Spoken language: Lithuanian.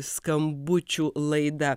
skambučių laida